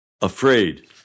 afraid